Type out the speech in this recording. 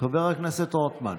חבר הכנסת רוטמן,